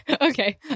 Okay